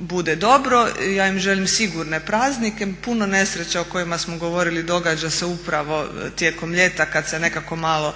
bude dobro. Ja im želim sigurne praznike. Puno nesreća o kojima smo govorili događa se upravo tijekom ljeta kad se nekako malo